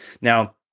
Now